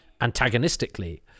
antagonistically